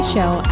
Show